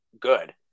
good